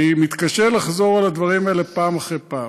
אני מתקשה לחזור על הדברים האלה פעם אחר פעם.